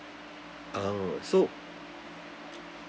uh so